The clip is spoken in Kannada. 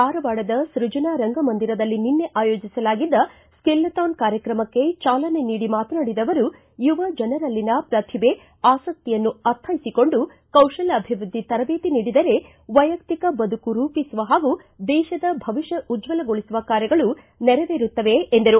ಧಾರವಾಡದ ಸ್ಕಜನಾ ರಂಗಮಂದಿರದಲ್ಲಿ ನಿನ್ನೆ ಆಯೋಜಿಸಲಾಗಿದ್ದ ಶ್ಕಿಲ್ಲಥಾನ್ ಕಾರ್ಯಕ್ರಮಕ್ಕೆ ಚಾಲನೆ ನೀಡಿ ಮಾತನಾಡಿದ ಅವರು ಯುವಜನರಲ್ಲಿನ ಪ್ರತಿಭೆ ಆಸಕ್ತಿಯನ್ನು ಅರ್ಥೈಸಿಕೊಂಡು ಕೌಶಲ್ಯಾಭಿವೃದ್ಧಿ ತರಬೇತಿ ನೀಡಿದರೆ ವೈಯಕ್ತಿಕ ಬದುಕು ರೂಪಿಸುವ ಹಾಗೂ ದೇಶದ ಭವಿಷ್ಯ ಉಜ್ವಲಗೊಳಿಸುವ ಕಾರ್ಯಗಳು ನೆರವೇರುತ್ತವೆ ಎಂದರು